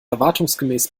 erwartungsgemäß